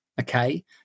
okay